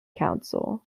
council